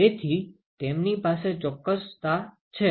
તેથી તેમની પાસે ચોક્કસતા છે